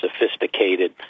sophisticated